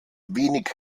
wenig